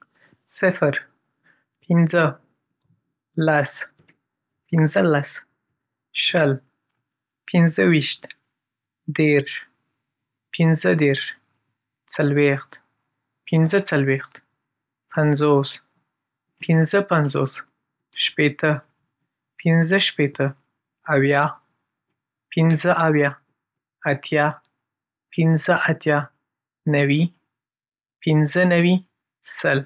صفر، پنځه، لس، پنځلس، شل، پنځه ويشت، دېرش، پنځه دېرش، څلوېښت، پنځه څلوېښت، پنځوس، پنځه پنځوس، شپېته، پنځه شپېته، اويا، پنځه اويا، اتيا، پنځه اتيا، نوي، پنځه نوي، سل.